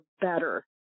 better